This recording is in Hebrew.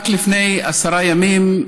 רק לפני עשרה ימים,